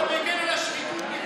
אתה מגן על השחיתות.